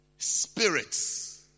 Spirits